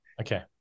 Okay